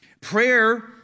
Prayer